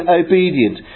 obedient